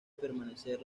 permanecer